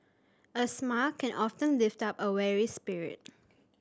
a smile can often lift up a weary spirit